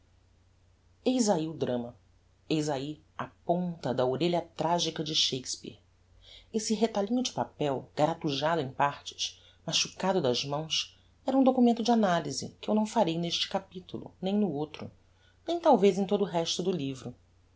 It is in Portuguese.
eis ahi o drama eis ahi a ponta da orelha tragica de shakespeare esse retalhinho de papel garatujado em partes machucado das mãos era um documento de analyse que eu não farei neste capitulo nem no outro nem talvez em todo o resto do livro